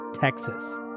Texas